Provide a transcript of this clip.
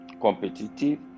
competitive